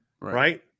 Right